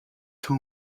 two